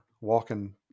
walking